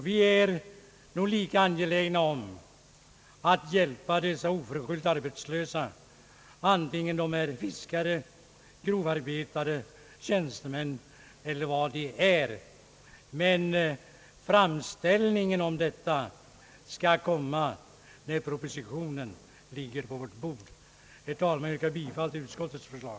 Vi är lika angelägna att hjälpa alla oförskyllt drabbade, antingen de är fiskare, grovarbetare, tjänstemän eller vad de är, men framställning om medel härför skall göras när propositionen ligger på vårt bord. Herr talman! Jag yrkar bifall till utskottets förslag.